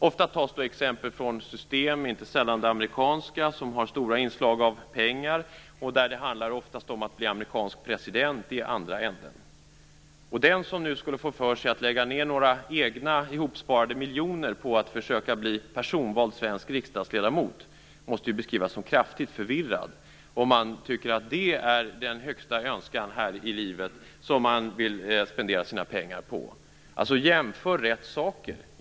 Ofta tar man upp exempel från system, inte sällan det amerikanska, som har stora inslag av pengar. Det handlar om att man skall bli amerikansk president i den andra ändan. Den som skulle få för sig att lägga ned några egna ihopsparade miljoner på att försöka bli personvald svensk riksdagsledamot måste beskrivas som kraftigt förvirrad. Det måste man vara om man har som högsta önskan här i livet att spendera sina pengar på sådant. Jämför rätt saker!